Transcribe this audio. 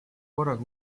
korraga